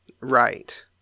Right